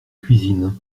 cuisine